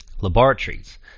laboratories